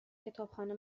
کتابخانه